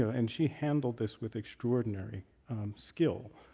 so and she handled this with extraordinary skill.